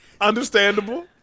Understandable